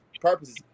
purposes